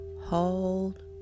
hold